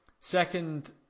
Second